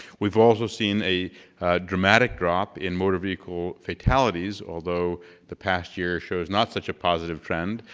we've also seen a dramatic drop in motor vehicle fatalities, although the past year shows not such a positive trend,